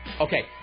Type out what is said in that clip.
Okay